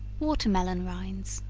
watermelon rinds.